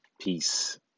Peace